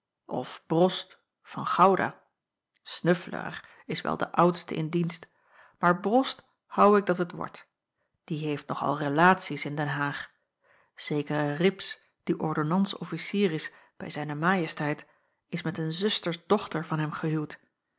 of brost van gouda snuffelaar is wel de oudste in dienst maar brost hou ik dat het wordt die heeft nog al relaties in den haag zekere rips die ordonnans-officier is bij z m is met een zusters dochter van hem gehuwd